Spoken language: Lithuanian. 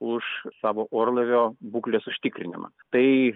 už savo orlaivio būklės užtikrinimą tai